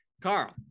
Carl